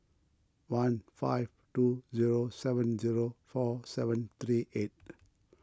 one five two zero seven zero four seven three eight